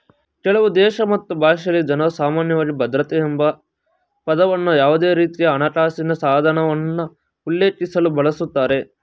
ಕೆಲವುದೇಶ ಮತ್ತು ಭಾಷೆಯಲ್ಲಿ ಜನ್ರುಸಾಮಾನ್ಯವಾಗಿ ಭದ್ರತೆ ಎಂಬಪದವನ್ನ ಯಾವುದೇರೀತಿಯಹಣಕಾಸಿನ ಸಾಧನವನ್ನ ಉಲ್ಲೇಖಿಸಲು ಬಳಸುತ್ತಾರೆ